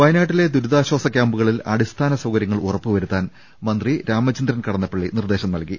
വയനാട്ടിലെ ദുരിതാശ്വാസ ക്യാമ്പുകളിൽ അടിസ്ഥാന സൌകര്യങ്ങൾ ഉറപ്പുവരുത്താൻ മന്ത്രി രാമചന്ദ്രൻ കടന്ന പ്പള്ളി നിർദ്ദേശം നൽകി